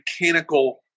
mechanical